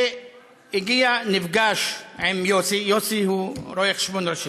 הגיע, נפגש עם יוסי, יוסי הוא רואה-חשבון ראשי.